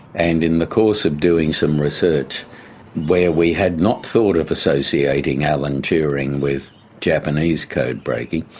and in the course of doing some research where we had not thought of associating alan turing with japanese code breaking,